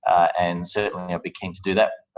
and certainly, i'll be keen to do that,